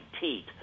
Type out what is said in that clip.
teat